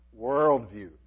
worldview